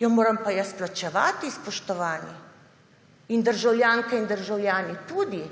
jo moram jaz plačevati, spoštovani. In državljanke in državljani tudi.